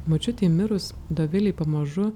močiutei mirus dovilei pamažu